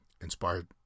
inspired